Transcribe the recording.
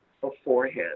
beforehand